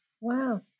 Wow